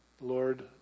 Lord